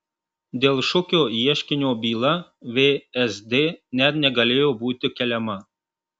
dėl šukio ieškinio byla vsd net negalėjo būti keliama